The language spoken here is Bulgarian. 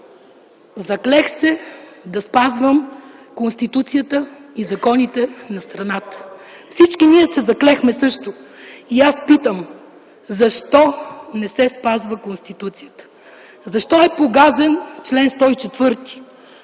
„Заклех се да спазвам Конституцията и законите на страната!” Всички ние се заклехме също. И аз питам: защо не се спазва Конституцията? Защо е погазен чл. 104,